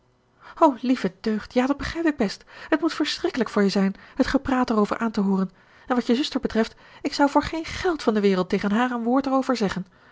o lieve deugd ja dat begrijp ik best het moet verschrikkelijk voor je zijn het gepraat erover aan te hooren en wat je zuster betreft ik zou voor geen geld van de wereld tegen haar een woord erover zeggen